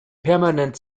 permanent